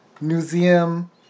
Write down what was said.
museum